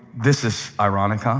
this is ironic. ah